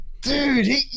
dude